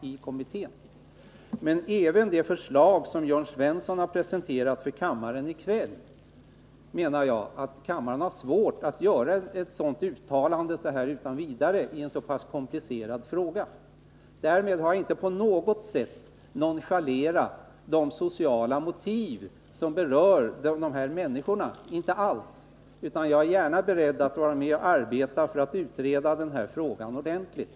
Jörn Svensson har presenterat ett förslag för kammaren i kväll, men det är svårt att göra ett sådant uttalande så här utan vidare i en så pass komplicerad fråga. Därmed har jag inte på något sätt nonchalerat de sociala motiv som berör dessa människor, inte alls, utan jag är gärna beredd att vara med och arbeta för att utreda denna fråga ordentligt.